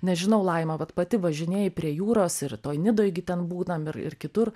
nežinau laima vat pati važinėji prie jūros ir toj nidoj gi ten būnam ir ir kitur